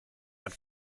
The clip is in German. hat